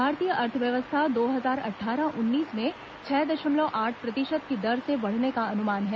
भारतीय अर्थव्यवस्था दो हजार अट्ठारह उन्नीस में छह दशमलव आठ प्रतिशत की दर से बढ़ने का अनुमान है